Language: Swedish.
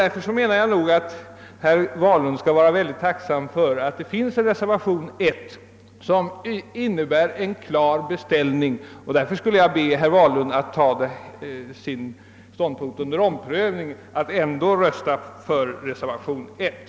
Därför menar jag att herr Wahlund skall vara väldigt tacksam över att det finns en reservation 1 här, som innebär en klar beställning. Därför vill jag be herr Wahlund att ta sin ståndpunkt under omprövning och att rösta för reservation 1.